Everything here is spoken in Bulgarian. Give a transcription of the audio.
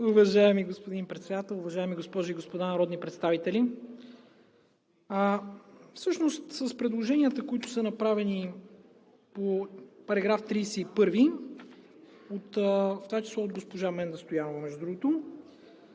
Уважаеми господин Председател, уважаеми госпожи и господа народни представители! Всъщност с предложенията, които са направени по § 31, в това число от госпожа Менда Стоянова, между другото,